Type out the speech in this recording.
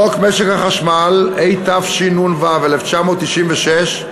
חוק משק החשמל, התשנ"ו 1996,